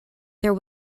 there